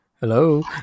Hello